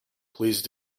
please